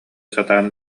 сатаан